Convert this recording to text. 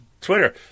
Twitter